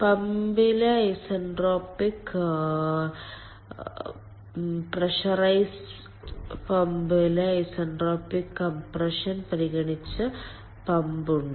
പമ്പിലെ isentropic pressurise പമ്പിലെ isentropic compression പരിഗണിച്ച് pump ഉണ്ട്